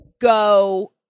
go